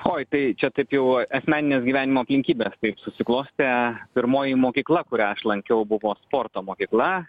oi tai čia taip jau asmeninės gyvenimo aplinkybės taip susiklostė pirmoji mokykla kurią aš lankiau buvo sporto mokykla